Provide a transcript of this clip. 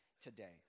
today